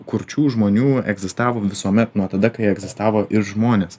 kurčių žmonių egzistavo visuomet nuo tada kai egzistavo ir žmonės